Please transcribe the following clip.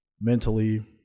Mentally